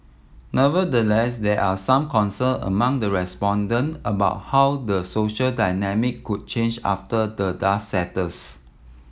nevertheless there are some concern among the respondent about how the social dynamic could change after the dust settles